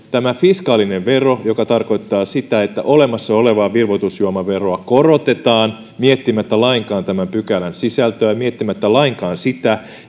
tämä fiskaalinen vero tarkoittaa sitä että olemassa olevaa virvoitusjuomaveroa korotetaan miettimättä lainkaan tämän pykälän sisältöä miettimättä lainkaan sitä